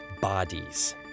bodies